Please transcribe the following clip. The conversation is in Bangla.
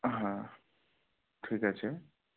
হ্যাঁ ঠিক আছে